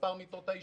מספר האשפוז,